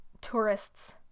Tourists